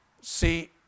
See